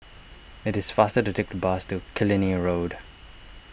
it is faster to take the bus to Killiney Road